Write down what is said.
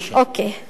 אוקיי.